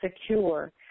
secure